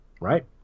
right